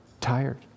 tired